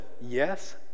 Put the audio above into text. yes